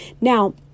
now